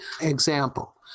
example